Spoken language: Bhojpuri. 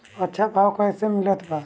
अच्छा भाव कैसे मिलत बा?